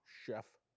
Chef